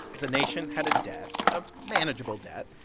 the nation had a debt, a manageable debt.